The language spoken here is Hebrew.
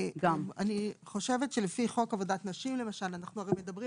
אני חושבת שלפי חוק עבודת נשים למשל אנחנו הרי מדברים